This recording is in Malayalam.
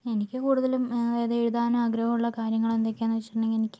എനിക്ക് കൂടുതലും എഴുതാനാഗ്രഹമുള്ള കാര്യങ്ങളെന്തെക്കെയാന്ന് വെച്ചിട്ടണ്ടെങ്കിൽ എനിക്ക്